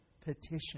petition